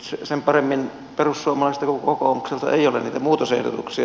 nyt sen paremmin perussuomalaisilta kuin kokoomukselta ei ole niitä muutosehdotuksia